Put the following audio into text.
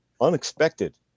unexpected